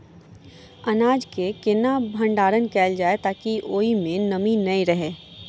अनाज केँ केना भण्डारण कैल जाए ताकि ओई मै नमी नै रहै?